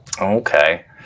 Okay